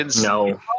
No